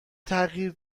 تغییر